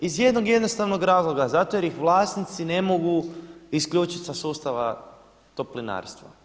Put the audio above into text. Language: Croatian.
Iz jednog jednostavnog razloga zato jer ih vlasnici ne mogu isključit sa sustava toplinarstva.